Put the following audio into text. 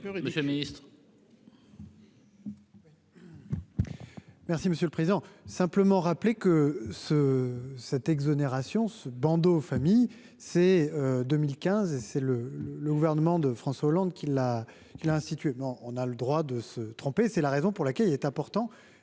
Merci monsieur le Président, simplement rappeler que ce cette exonération ce bandeau familles ces 2015 et c'est le le le gouvernement de François Hollande qui l'a qui l'a institué, bon, on a le droit de se tromper, c'est la raison pour laquelle il est important